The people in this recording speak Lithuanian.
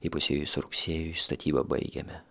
įpusėjus rugsėjui statyba baigėme